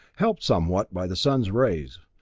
helped somewhat by the sun's rays.